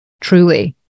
truly